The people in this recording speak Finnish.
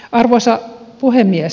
arvoisa puhemies